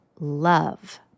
love